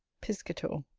piscator.